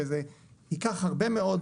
וזה ייקח הרבה מאוד